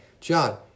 John